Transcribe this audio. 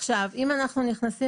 אם ניכנס לענייננו,